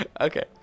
okay